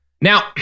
Now